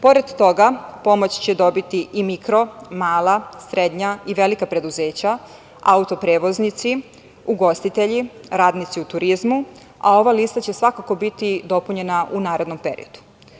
Pored toga, pomoć će dobiti i mikro, mala, srednja i velika preduzeća, autoprevoznici, ugostitelji, radnici u turizmu, a ova lista će svakako biti dopunjena u narednom periodu.